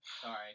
Sorry